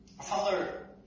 Father